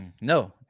No